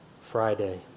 Friday